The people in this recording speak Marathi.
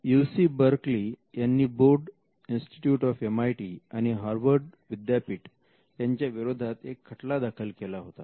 यु सी बर्कली यांनी बोर्ड इन्स्टिट्यूट ऑफ एमआयटी आणि हावर्ड विद्यापीठ यांच्या विरोधात एक खटला दाखल केला होता